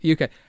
UK